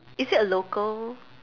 is it a local